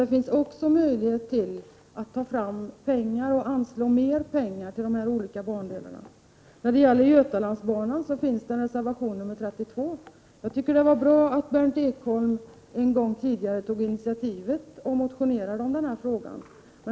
Det finns också möjlighet att anslå mer pengar till de olika bandelarna. I reservation 32 tas t.ex. Götalandsbanan upp. Jag tycker att det var bra att Berndt Ekholm en gång tidigare tog initiativ och motionerade i den här frågan.